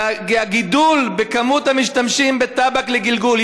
והגידול במספר המשתמשים בטבק לגלגול,